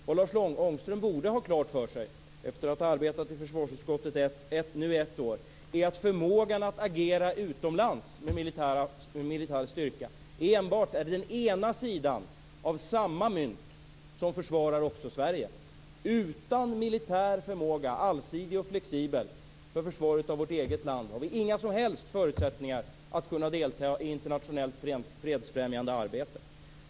Vad Lars Ångström borde ha klart för sig, efter att ha arbetat i försvarsutskottet ett år, är att förmågan att agera utomlands med militär styrka enbart är den ena sidan av ett och samma mynt, att försvara Sverige. Utan militär förmåga, allsidig och flexibel, för försvaret av vårt eget land har vi inga som helst förutsättningar att kunna delta i internationellt fredsfrämjande arbete.